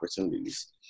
opportunities